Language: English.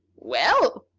well!